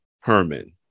Herman